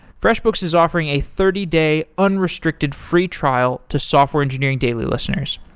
freshbooks is offering a thirty day unrestricted free trial to software engineering daily listeners.